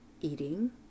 eating